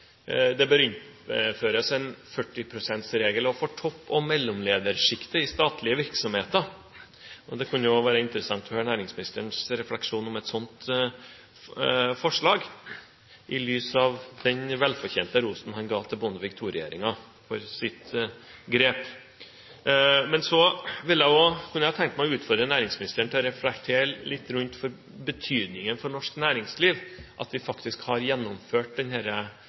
det bør innføres en 40 pst.-regel overfor topp- og mellomledersjiktet i statlige virksomheter. Det kunne være interessant å høre næringsministerens refleksjon rundt et sånt forslag, i lys av den velfortjente rosen han ga Bondevik II-regjeringen for dens grep. Men så kunne jeg tenke meg å utfordre næringsministeren til å reflektere litt rundt betydningen for norsk næringsliv av at vi faktisk har gjennomført